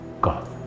God